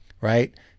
right